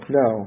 no